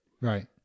Right